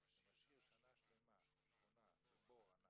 הגישו תוכניות להיתר בניה.